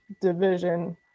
Division